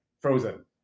frozen